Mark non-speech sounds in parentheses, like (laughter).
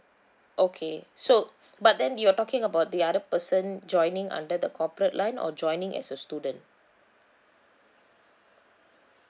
okay so (breath) but then you are talking about the other person joining under the corporate line or joining as a student